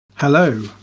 Hello